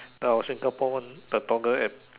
our Singapore one the Toggle App